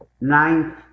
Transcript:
ninth